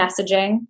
messaging